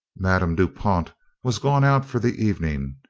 madame du pont was gone out for the evening,